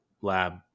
lab